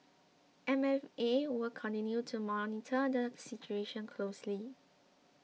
M F A will continue to monitor the situation closely